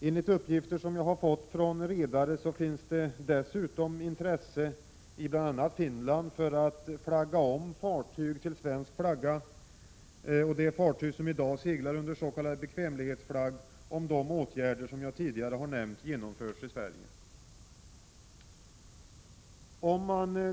Enligt uppgifter som jag fått från redare finns det dessutom intresse i bl.a. Finland för att flagga om fartyg som i dag seglar under s.k. bekvämlighetsflagg till svensk flagg, om de åtgärder som jag tidigare nämnt genomförs i Sverige.